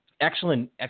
excellent